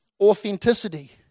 authenticity